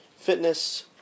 fitness